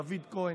דוד כהן,